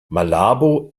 malabo